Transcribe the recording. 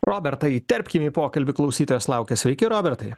robertą įterpkim į pokalbį klausytojas laukia sveiki robertai